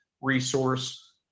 resource